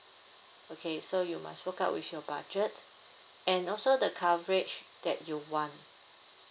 okay so you must work out with your budget and also the coverage that you want